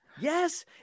Yes